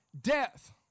death